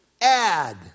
add